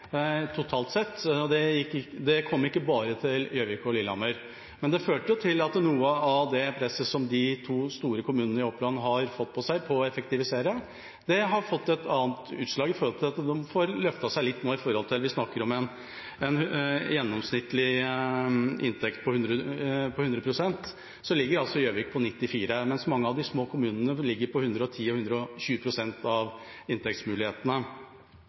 totalt sett. Det kom ikke bare til Gjøvik og Lillehammer, men det førte jo til at noe av det presset som de to store kommunene i Oppland har hatt på seg for å effektivisere, har fått et annet utslag ved at de får løftet seg litt. For ut fra en gjennomsnittlig inntekt på 100 pst. ligger altså Gjøvik på 94 pst., mens mange av de små kommunene ligger på 110 og 120 pst. av inntektsmulighetene.